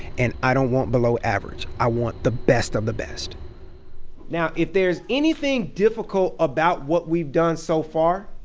and i don't want below average. i want the best of the best now if there's anything difficult about what we've done so far,